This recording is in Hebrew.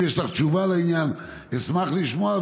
ואם יש לך תשובה לעניין, אשמח לשמוע.